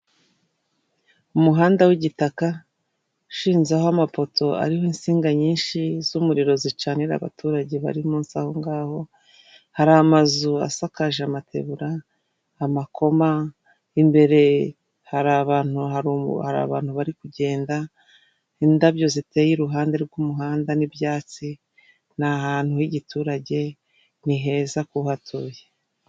Umuhanda w’igitaka ushinzeho amapoto ariho insinga nyinshi z’umuriro zicanira abaturage bari munsi ahongaho. Hari amazu asakaje amatebura, amakoma imbere hari abantu, haru hari bantu bari kugenda indabyo ziteye iruhande rw’umuhanda. N’ibyatsi ni ahantu h’igiturage, ni heza kuhatuye.